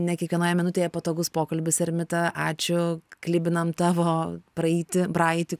ne kiekvienoje minutėje patogus pokalbis ermita ačiū klibinam tavo praeiti praeitį